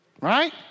right